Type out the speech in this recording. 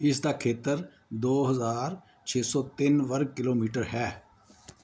ਇਸ ਦਾ ਖੇਤਰ ਦੋ ਹਜ਼ਾਰ ਛੇ ਸੌ ਤਿੰਨ ਵਰਗ ਕਿਲੋਮੀਟਰ ਹੈ